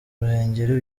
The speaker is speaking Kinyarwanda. ruhengeri